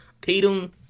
Tatum